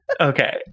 okay